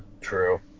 True